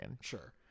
Sure